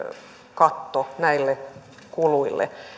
katto näille kuluille